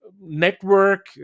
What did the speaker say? Network